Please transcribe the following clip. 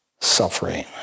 suffering